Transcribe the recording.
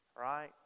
Right